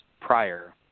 prior